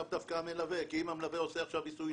לאו דווקא המלווה כי אם המלווה עושה עכשיו עיסוי,